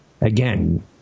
Again